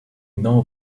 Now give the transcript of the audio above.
know